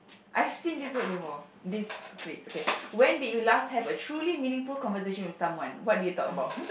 I've seen this word before this phrase okay when did you last have a truly meaningful conversation with someone what did you talk about